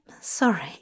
sorry